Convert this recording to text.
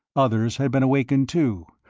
others had been awakened, too,